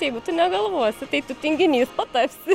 jeigu tu negalvosi tai tu tinginys patapsi